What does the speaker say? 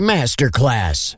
Masterclass